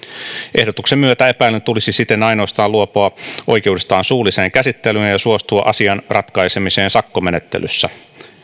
ehdotuksen myötä epäillyn tulisi siten ainoastaan luopua oikeudestaan suulliseen käsittelyyn ja ja suostua asian ratkaisemiseen sakkomenettelyssä